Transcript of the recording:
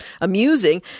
amusing